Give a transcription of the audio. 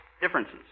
differences